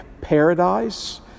paradise